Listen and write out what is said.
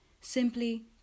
simply